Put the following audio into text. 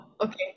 Okay